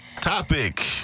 Topic